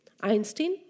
Einstein